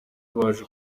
baje